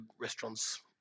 restaurants